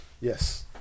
Yes